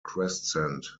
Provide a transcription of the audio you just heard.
crescent